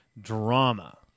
drama